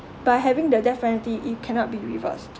by having the death penalty it cannot be reversed